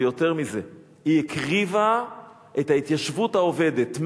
ויותר מזה, היא הקריבה את ההתיישבות העובדת.